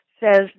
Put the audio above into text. says